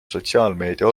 sotsiaalmeedia